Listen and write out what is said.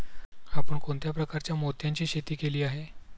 आपण कोणत्या प्रकारच्या मोत्यांची शेती केली आहे?